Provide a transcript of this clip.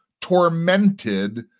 tormented